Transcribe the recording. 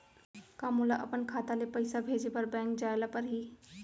का मोला अपन खाता ले पइसा भेजे बर बैंक जाय ल परही?